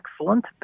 excellent